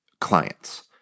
clients